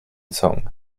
song